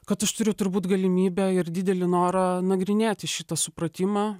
kad aš turiu turbūt galimybę ir didelį norą nagrinėti šitą supratimą